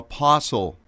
Apostle